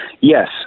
Yes